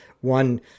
one